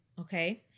okay